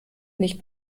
nicht